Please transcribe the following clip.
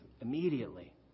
immediately